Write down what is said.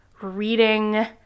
reading